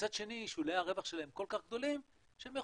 מצד שני שולי הרווח שלהם כל כך גדולים שאותן